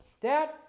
Dad